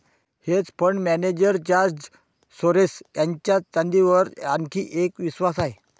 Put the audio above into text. hedge fund manager George Soros यांचा चांदीवर आणखी एक विश्वास आहे